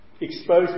exposed